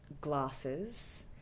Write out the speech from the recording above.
glasses